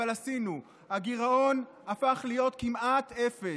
אבל עשינו: הגירעון הפך להיות כמעט אפס,